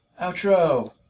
Outro